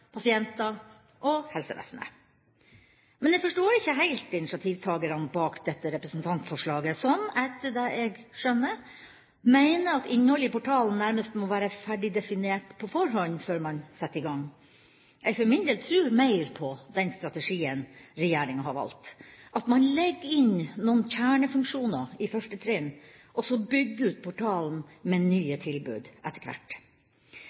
pasienter og helsevesenet. Men jeg forstår ikke heilt initiativtakerne bak dette representantforslaget, som – etter det jeg skjønner – mener at innholdet i portalen nærmest må være ferdig definert på forhånd, før man setter i gang. Jeg for min del tror mer på den strategien regjeringa har valgt, at man legger inn noen kjernefunksjoner i første trinn, og så bygger ut portalen med nye tilbud etter hvert.